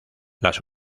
las